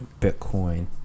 Bitcoin